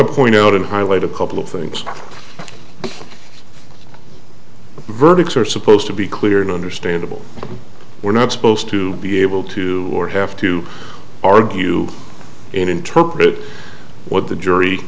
to point out in highlight a couple of things verdicts are supposed to be clear and understandable we're not supposed to be able to or have to argue and interpret what the jury